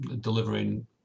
delivering